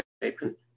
statement